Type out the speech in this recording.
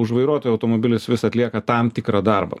už vairuotojo automobilis vis atlieka tam tikrą darbą